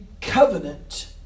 covenant